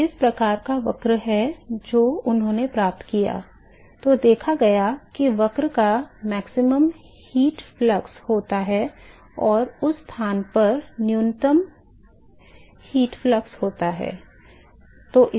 तो इस प्रकार का वक्र है जो उन्होंने प्राप्त किया और देखा गया कि वक्र पर अधिकतम ऊष्मा प्रवाह होता है और उस स्थान पर न्यूनतम ऊष्मा प्रवाह होता है